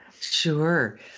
Sure